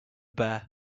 bear